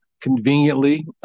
Conveniently